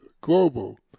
global